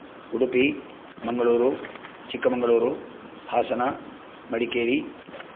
Udupi Mangaluru Chikkamagaluru Hassan Madikeri